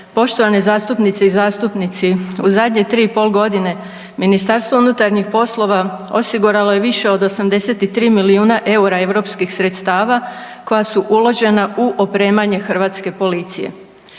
poštovane zastupnice i zastupnici u zadnje 3,5 godine MUP osiguralo je više od 83 milijuna EUR-a europskih sredstava koja su uložena u opremanje hrvatske policije.